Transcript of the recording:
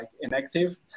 inactive